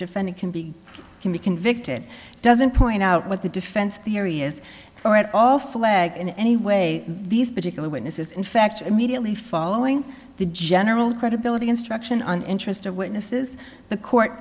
defendant can be can be convicted it doesn't point out what the defense theory is or at all flag in any way these particular witnesses in fact immediately following the general credibility instruction on interest of witnesses the court